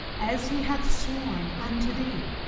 as he hath sworn unto thee,